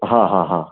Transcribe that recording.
હા હા હા